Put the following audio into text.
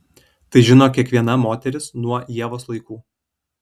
tai žino kiekviena moteris nuo ievos laikų